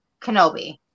Kenobi